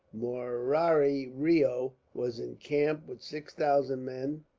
murari reo was encamped, with six thousand men,